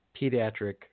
pediatric